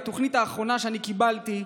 בתוכנית האחרונה שאני קיבלתי,